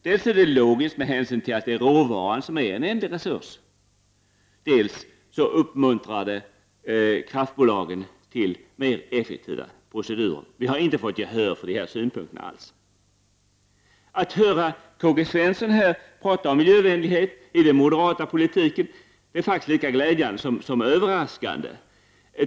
Det är logiskt med hänsyn till att det är råvaran som är en ändlig resurs. Dessutom uppmuntrar detta kraftbolagen till mer effektiva procedurer. Vi har alltså inte fått gehör för dessa synpunkter. Att höra K-G Svensson tala om miljövänlighet i den moderata politiken är faktiskt lika glädjande som överraskande.